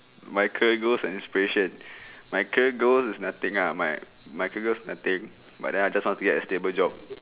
my career goals and inspirations my career goals is nothing lah my my career goals nothing but then I just want to get a stable job